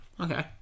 okay